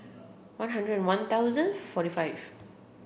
one hundred and one thousand forty five